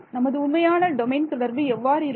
நமது உண்மையான டொமைன் தொடர்பு எவ்வாறு இருக்கும்